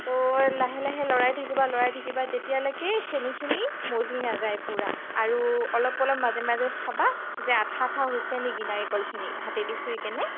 ত' লাহে লাহে লৰাই থাকিবা লৰাই থাকিবা যেতিয়ালৈকে চেনিখিনি মজি নাযায় পুৰা আৰু অলপ অলপ মাজে মাজে চাবা যে আঠা আঠা হৈছে নেকি নাৰিকলখিনি হাতেদি চুই কেনে